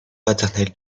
paternelle